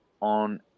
on